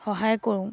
সহায় কৰোঁ